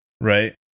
right